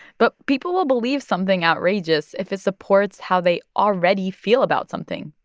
but people will believe something outrageous if it supports how they already feel about something.